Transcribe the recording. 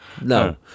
No